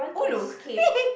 ulu